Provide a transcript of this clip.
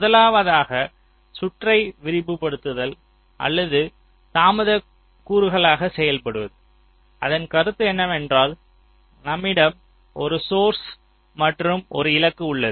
முதலாவதாக சுற்றை விரைவுபடுத்துதல் அல்லது தாமதக் கூறுகளாகச் செயல்படுவது அதன் கருத்து என்னவென்றால்நம்மிடம் ஒரு சோர்ஸ் மற்றும் ஒரு இலக்கு உள்ளது